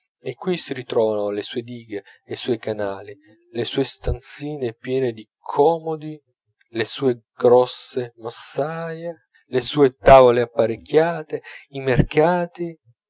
e qui si ritrovano le sue dighe e i suoi canali le sue stanzine piene di comodi le sue grosse massaie le sue tavole apparecchiate i mercati